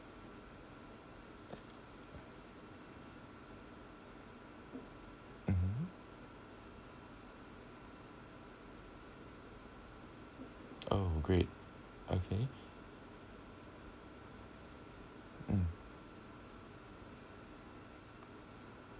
mmhmm oh great okay mm